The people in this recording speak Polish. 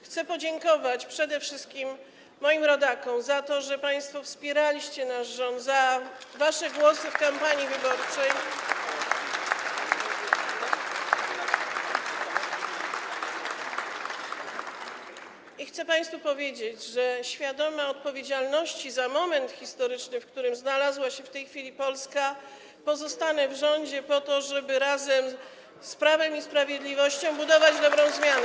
Chcę podziękować przede wszystkim moim rodakom za to, że państwo wspieraliście nasz rząd, za wasze głosy w kampanii wyborczej, i chcę państwu powiedzieć, że świadoma odpowiedzialności za moment historyczny, w którym znalazła się w tej chwili Polska, pozostanę w rządzie po to, żeby razem z Prawem i Sprawiedliwością budować dobrą zmianę.